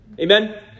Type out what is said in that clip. Amen